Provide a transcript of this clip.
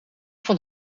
van